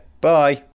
bye